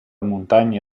montagne